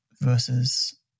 versus